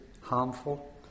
harmful